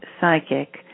psychic